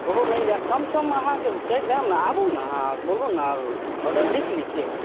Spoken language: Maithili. ओहो मिल जाएत कम सममे अहाँके करि देब ने आबु ने अहाँ बोलू ने ऑडर लिख ली कि